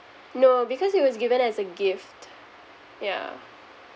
no because it was given as a gift yeah